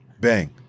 Bang